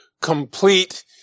complete